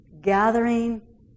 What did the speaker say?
gathering